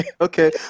Okay